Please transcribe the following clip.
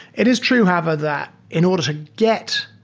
it is true however that in order to get